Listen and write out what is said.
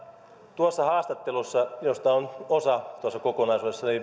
tuossa haastattelussa josta on osa tuossa kokonaisuudessa